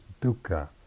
dukkha